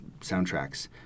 soundtracks